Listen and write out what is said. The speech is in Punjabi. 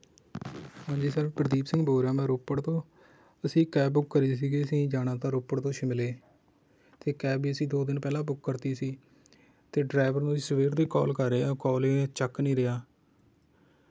ਹਾਂ ਜੀ ਸਰ ਪਰਦੀਪ ਸਿੰਘ ਬੋਲ ਰਿਹਾਂ ਮੈਂ ਰੋਪੜ ਤੋਂ ਤੁਸੀਂ ਕੈਬ ਬੁੱਕ ਕਰੀ ਸੀਗੀ ਅਸੀਂ ਜਾਣਾ ਤਾਂ ਰੋਪੜ ਤੋਂ ਸ਼ਿਮਲੇ ਅਤੇ ਕੈਬ ਵੀ ਅਸੀਂ ਦੋ ਦਿਨ ਪਹਿਲਾਂ ਬੁੱਕ ਕਰਤੀ ਸੀ ਅਤੇ ਡਰੈਵਰ ਨੂੰ ਅਸੀਂ ਸਵੇਰ ਦੇ ਕੋਲ ਕਰ ਰਹੇ ਆ ਉਹ ਕੋਲ ਏ ਚੱਕ ਨਹੀਂ ਰਿਹਾ